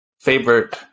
favorite